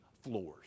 floors